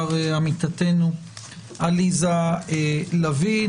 עמיתתנו עליזה לביא.